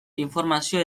informazio